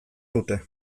dute